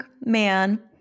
man